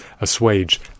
assuage